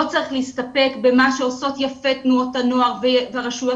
לא צריך להסתפק במה שעושות יפה תנועות הנוער והרשויות